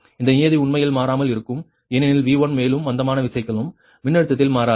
இந்த நியதி உண்மையில் மாறாமல் இருக்கும் ஏனெனில் V1 மேலும் மந்தமான விசைக்கலம் மின்னழுத்தத்தில் மாறாது